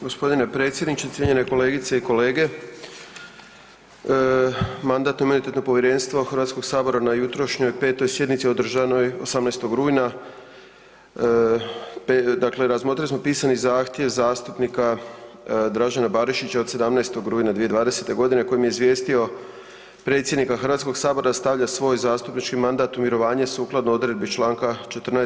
Gospodine predsjedniče, cjenjene kolegice i kolege Mandatno-imunitetno povjerenstvo Hrvatskog sabora na jutrošnjoj 5. sjednici održanoj 18. rujna, dakle razmotrili smo pisani zahtjev zastupnika Dražena Barišića od 17. rujna 2020. godine kojim je izvijestio predsjednika Hrvatskog sabora da stavlja svoj zastupnički mandat u mirovanje sukladno odredbi Članka 14.